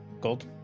gold